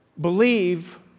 believe